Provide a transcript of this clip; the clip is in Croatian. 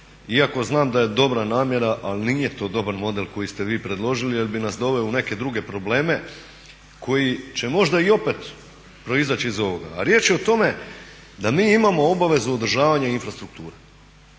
Iako znam da je dobra namjera, ali nije to dobar model koji ste vi predložili jer bi nas doveo u neke druge probleme koji će možda i opet proizać' iz ovoga. A riječ je o tome da mi imamo obavezu održavanja infrastrukture.